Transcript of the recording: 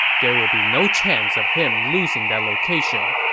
there will be no chance of him losing that location.